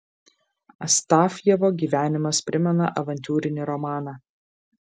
astafjevo gyvenimas primena avantiūrinį romaną